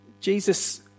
Jesus